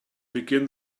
begin